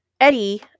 Eddie